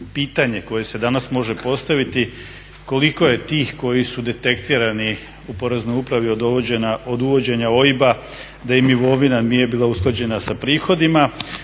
pitanje koje se danas može postaviti koliko je tih koji su detektirani u Poreznoj upravi od uvođenja OIB-a da im imovina nije bila usklađena sa prihodima.